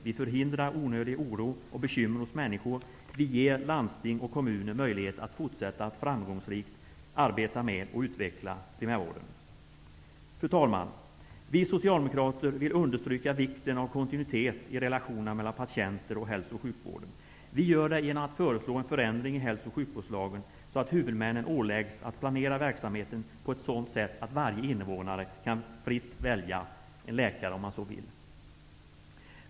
Vi förhindrar onödig oro och bekymmer hos människor. Vi ger landsting och kommuner möjlighet att fortsätta sitt framgångsrika arbete med att utveckla primärvården. Fru talman! Vi socialdemokrater vill understryka vikten av kontinuitet i relationerna mellan patienterna och hälso och sjukvården. Vi gör det genom att föreslå en sådan förändring i hälso och sjukvårdslagen att huvudmännen åläggs att planera verksamheten på ett sådant sätt att varje innevånare fritt kan välja den läkare man vill ha.